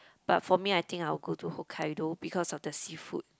but for me I think I'll go to Hokkaido because of the seafood